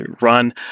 run